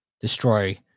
destroy